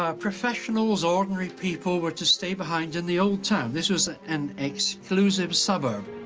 um professionals, ordinary people were to stay behind in the old town. this was an exclusive suburb.